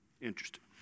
Interesting